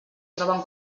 troben